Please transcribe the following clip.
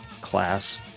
class